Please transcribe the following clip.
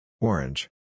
Orange